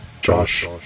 Josh